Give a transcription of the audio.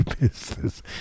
business